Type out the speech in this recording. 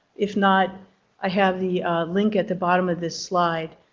if not i have the link at the bottom of this slide,